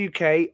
UK